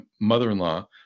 mother-in-law